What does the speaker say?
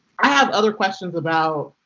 i have other questions about